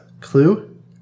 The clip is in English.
Clue